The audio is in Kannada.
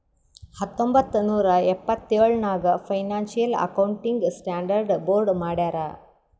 ಹತ್ತೊಂಬತ್ತ್ ನೂರಾ ಎಪ್ಪತ್ತೆಳ್ ನಾಗ್ ಫೈನಾನ್ಸಿಯಲ್ ಅಕೌಂಟಿಂಗ್ ಸ್ಟಾಂಡರ್ಡ್ ಬೋರ್ಡ್ ಮಾಡ್ಯಾರ್